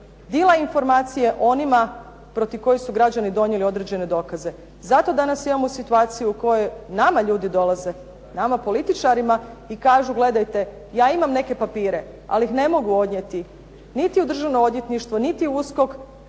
dila informacije onima protiv kojih su građani donijeli određene dokaze. Zato danas imamo situaciju u kojoj nama ljudi dolaze nama političarima i kažu gledajte ja imam neke papire ali ih ne mogu odnijeti niti u Državno odvjetništvo niti u